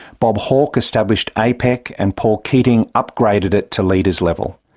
bob hawke established apec and paul keating upgraded it to leaders' level.